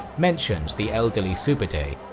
mentions the elderly sube'etei,